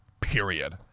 period